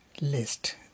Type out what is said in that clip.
list